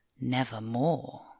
Nevermore